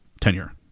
tenure